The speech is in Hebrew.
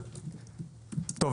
טוב,